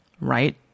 right